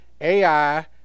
Ai